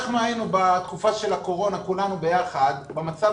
אנחנו היינו בתקופה של הקורונה כולנו ביחד במצב